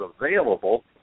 available